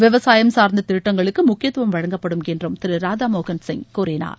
விவசாயம் சார்ந்த திட்டங்களுக்கு முக்கியத்தும் வழங்கப்படும் என்றும் திரு ராதாமோகன் சிங் கூறினார்